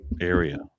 area